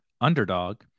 Underdog